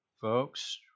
folks